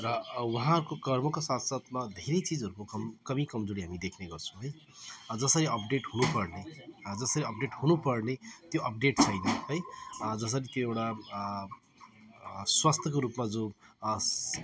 र उहाँको कर्मको साथ साथमा धेरै चिजहरूको कम कमी कमजोडी हामी देख्नेगर्छौँ है अँ जसरी अपडेट हुनुपर्ने जसरी अपडेट हुनुपर्ने त्यो अपडेट छैन है जसरी त्यो एउटा स्वास्थ्यको रूपमा जो अस